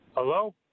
Hello